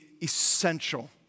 essential